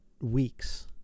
weeks